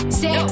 say